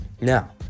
now